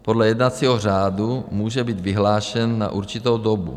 Podle jednacího řádu může být vyhlášen na určitou dobu.